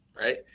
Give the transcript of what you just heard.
Right